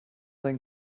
sein